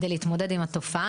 כדי להתמודד עם התופעה.